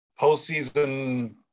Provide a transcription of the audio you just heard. postseason